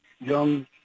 young